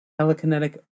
telekinetic